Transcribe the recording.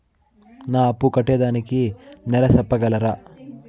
నా అప్పు కట్టేదానికి నెల సెప్పగలరా?